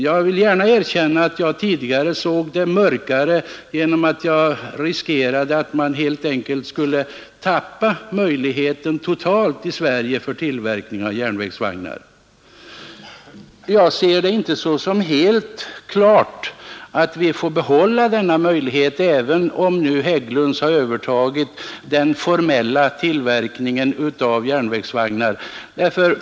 Jag vill gärna erkänna att jag tidigare tyckte det såg mörkare ut, därför att det då föreföll som om man riskerade att helt gå miste om möjligheterna att tillverka järnvägsvagnar i Sverige. Men det är inte helt klart att vi får bibehålla denna möjlighet, även om nu Hägglunds formellt övertagit tillverkningen av järnvägsvagnar.